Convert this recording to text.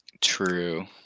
true